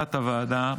ולהנהלת הוועדה,